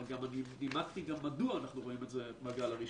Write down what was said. אבל אני גם נימקתי מדוע אנחנו רואים את זה בגל הראשון.